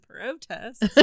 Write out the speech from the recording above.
protest